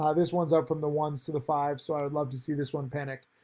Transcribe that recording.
ah this one's up from the ones to the fives. so i would love to see this one panic.